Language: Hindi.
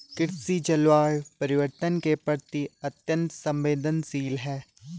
कृषि जलवायु परिवर्तन के प्रति अत्यंत संवेदनशील है